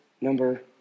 number